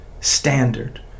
standard